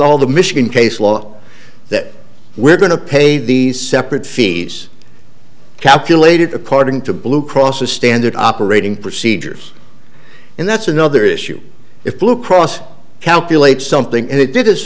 all the michigan case law that we're going to pay the separate fees calculated according to blue cross a standard operating procedures and that's another issue if blue cross calculates something and it did this